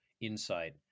insight